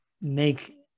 make